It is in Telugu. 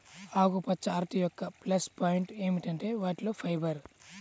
ఆకుపచ్చ అరటి యొక్క ప్లస్ పాయింట్ ఏమిటంటే వాటిలో ఫైబర్